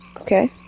Okay